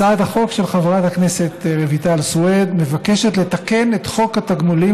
הצעת החוק של חברת הכנסת רויטל סויד מבקשת לתקן את חוק התגמולים